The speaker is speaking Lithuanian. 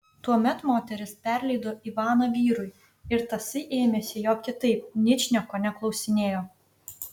tuomet moteris perleido ivaną vyrui ir tasai ėmėsi jo kitaip ničnieko neklausinėjo